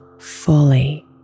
fully